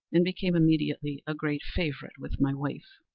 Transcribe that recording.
and became immediately a great favorite with my wife.